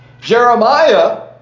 Jeremiah